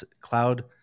cloud